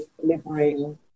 delivering